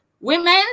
women